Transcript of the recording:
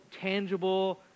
tangible